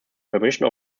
permission